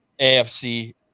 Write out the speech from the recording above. AFC –